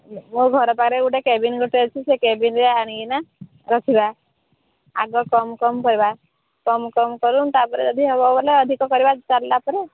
ମୋ ଘର ପାଖରେ ଗୋଟେ କେବିନ୍ ଗୋଟେ ଅଛି ସେ କେବିନରେ ଆଣିକି ରଖିବା ଆଗ କମ୍ କମ୍ କରିବା କମ୍ କମ୍ କରି ତାପରେ ଯଦି ହେବ ବୋଲେ ଅଧିକ କରିବା ଚାଲିଲା ପରେ